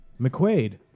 McQuaid